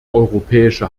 europäische